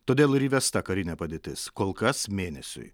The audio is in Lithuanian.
todėl ir įvesta karinė padėtis kol kas mėnesiui